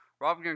Rob